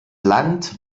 land